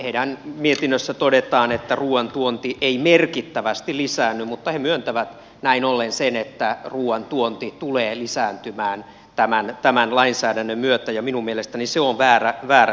heidän mietinnössään todetaan että ruuan tuonti ei merkittävästi lisäänny mutta he myöntävät näin ollen sen että ruuan tuonti tulee lisääntymään tämän lainsäädännön myötä ja minun mielestäni se on väärä signaali